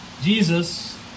Jesus